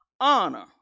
honor